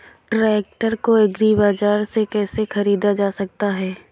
Tractor को agri bazaar से कैसे ख़रीदा जा सकता हैं?